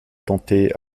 tenter